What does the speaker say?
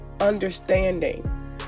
understanding